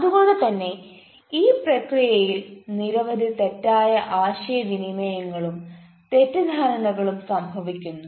അതുകൊണ്ട് തന്നെ ഈ പ്രക്രിയയിൽ നിരവധി തെറ്റായ ആശയവിനിമയങ്ങളും തെറ്റിദ്ധാരണകളും സംഭവിക്കുന്നു